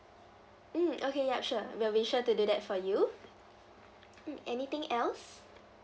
mm okay ya sure we'll be sure to do that for you mm anything else